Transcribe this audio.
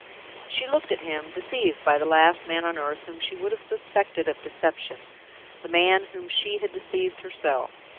she looked at him, deceived by the last man on earth whom she would have suspected of deception the man whom she had deceived herself.